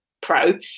Pro